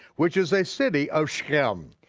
which is a city of sichem,